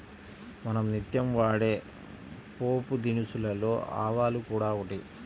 మనం నిత్యం వాడే పోపుదినుసులలో ఆవాలు కూడా ఒకటి